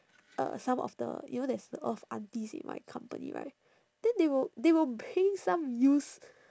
uh some of the you know there's a lot of aunties in my company right then they will they will bring some used